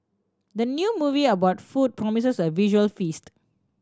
the new movie about food promises a visual feast